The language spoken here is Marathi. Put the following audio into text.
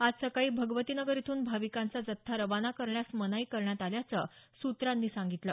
आज सकाळी भगवती नगर इथून भाविकांचा जत्था रवाना करण्यास मनाई करण्यात आल्याचं सूत्रांनी सांगितलं